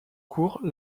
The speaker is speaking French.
cours